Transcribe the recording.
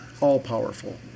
all-powerful